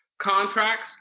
contracts